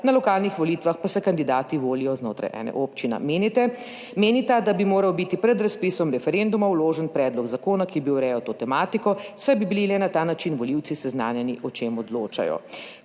na lokalnih volitvah pa se kandidati volijo znotraj ene občine. Menita, da bi moral biti pred razpisom referenduma vložen predlog zakona, ki bi urejal to tematiko, saj bi bili le na ta način volivci seznanjeni, o čem odločajo?